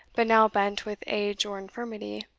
but now bent with age or infirmity,